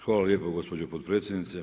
Hvala lijepo gospođo potpredsjednice.